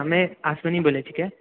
हमे अश्विनी बोलैत छीके